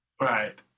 Right